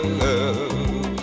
love